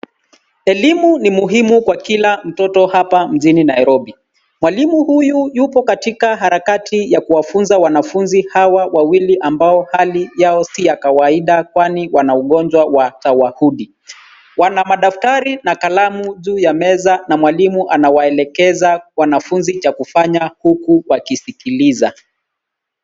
Elimu ni muhimu kwa kila mtoto hapa mjini Nairobi. Mwalimu huyu yupo katika harakati ya kuwafunza wanafunzi hawa wawili ambao hali yao si ya kawaida kwani wana ugonjwa wa tawahudi. Wana madaftari na kalamu juu ya meza na mwalimu anawaelekeza wanafunzi cha kufanya huku wakisikiliza.